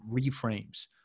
reframes